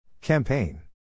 Campaign